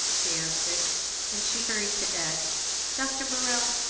she answered and she hurried to add dr. morrell,